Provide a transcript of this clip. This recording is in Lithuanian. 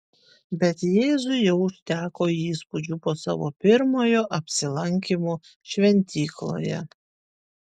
bet jėzui jau užteko įspūdžių po savo pirmojo apsilankymo šventykloje